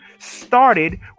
started